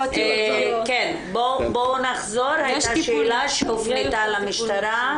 כן, בואו נחזור, הייתה שאלה שהופנתה למשטרה.